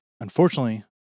Unfortunately